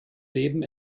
leben